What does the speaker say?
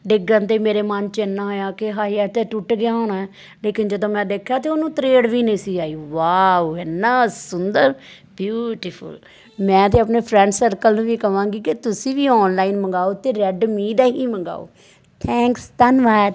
ਡਿੱਗਣ 'ਤੇ ਮੇਰੇ ਮਨ 'ਚ ਇੰਨਾ ਆਇਆ ਕਿ ਹਾਏ ਐ ਤਾਂ ਟੁੱਟ ਗਿਆ ਹੋਣਾ ਲੇਕਿਨ ਜਦੋਂ ਮੈਂ ਦੇਖਿਆ ਤਾਂ ਉਹਨੂੰ ਤਰੇੜ ਵੀ ਨਹੀਂ ਸੀ ਆਈ ਵਾਓ ਇੰਨਾ ਸੁੰਦਰ ਬਿਊਟੀਫੁੱਲ ਮੈਂ ਤਾਂ ਆਪਣੇ ਫਰੈਂਡ ਸਰਕਲ ਨੂੰ ਵੀ ਕਹਾਂਗੀ ਕਿ ਤੁਸੀਂ ਵੀ ਔਨਲਾਈਨ ਮੰਗਵਾਓ ਅਤੇ ਰੈੱਡਮੀ ਦਾ ਹੀ ਮੰਗਵਾਓ ਥੈਂਕਸ ਧੰਨਵਾਦ